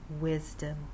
Wisdom